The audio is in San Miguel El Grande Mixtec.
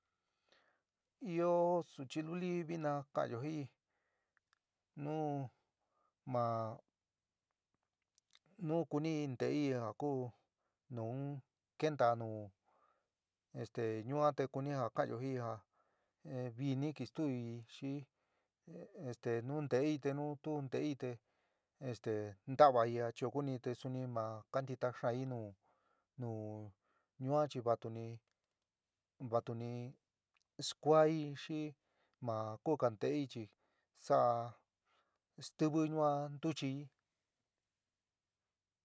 Ɨó suchi luni vɨina kaanyo jin'í nu ma nu kunií ntei a ku nu keénta nu esté yuán te kuni ja ka'anyo jin'í ja vɨni ki stuui xi este nu ntei te nu tu ntei te esté ntavai achio kuni te suni ma kantita xaán'í nu yuan chi vatu ni vatuni skuaaí xi makuga ntei chi saá stɨvɨ yuan ntuchií.